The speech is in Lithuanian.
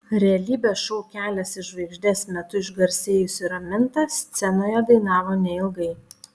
realybės šou kelias į žvaigždes metu išgarsėjusi raminta scenoje dainavo neilgai